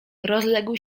rozległ